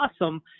awesome